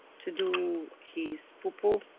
to do his poopoo.